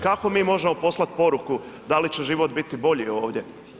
Kako mi možemo poslati poruku da li će život biti bolju ovdje.